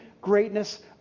greatness